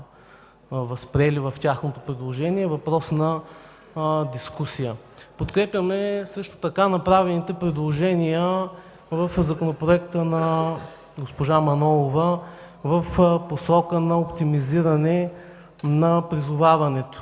възприели в тяхното предложение, е въпрос на дискусия. Подкрепяме също така направените предложения в Законопроекта на госпожа Мая Манолова в посока на оптимизиране на призоваването.